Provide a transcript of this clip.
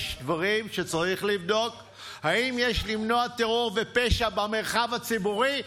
יש דברים שצריך לבדוק; האם יש למנוע טרור ופשע במרחב הציבורי?